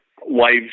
wives